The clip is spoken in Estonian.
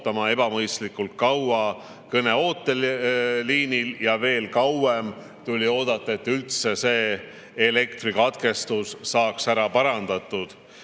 ootama ebamõistlikult kaua ooteliinil ja veel kauem tuli oodata, et elektrikatkestus saaks üldse ära parandatud.